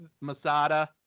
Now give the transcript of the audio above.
Masada